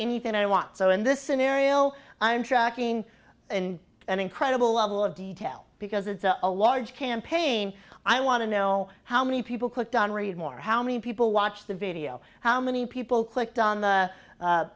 anything i want so in this scenario i'm tracking an incredible level of detail because it's a large campaign i want to know how many people clicked on read more how many people watched the video how many people clicked on the